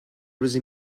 روزی